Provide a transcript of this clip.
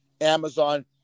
Amazon